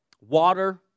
water